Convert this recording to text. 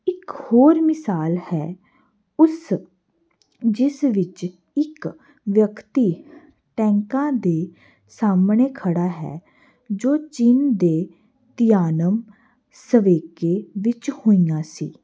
ਇੱਕ ਹੋਰ ਮਿਸਾਲ ਹੈ ਉਸ ਜਿਸ ਵਿੱਚ ਇੱਕ ਵਿਅਕਤੀ ਟੈਂਕਾਂ ਦੇ ਸਾਹਮਣੇ ਖੜ੍ਹਾ ਹੈ ਜੋ ਚੀਨ ਦੇ ਧਿਆਨਅਮ ਸਵੇਖੇ ਵਿੱਚ ਹੋਈਆਂ ਸੀ